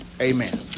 Amen